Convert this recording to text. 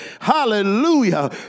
Hallelujah